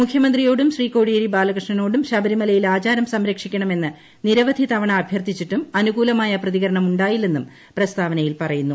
മുഖ്യമന്ത്രിയോടും ശ്രീ കോടിയേരി ബാലകൃഷ്ണനോടും ശബരിമലയിൽ ആചാരം സംരക്ഷിക്കണമെന്ന് തവണ അഭ്യർത്ഥിച്ചിട്ടും നിരവധി അനുകൂലമായ പ്രതികരണമുണ്ടായില്ലെന്നും പ്രസ്താവനയിൽ പറയുന്നു